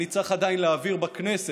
אני צריך עדיין להעביר בכנסת,